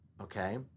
Okay